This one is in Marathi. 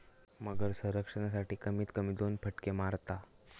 मगर संरक्षणासाठी, कमीत कमी दोन फटके मारता